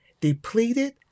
depleted